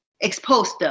exposed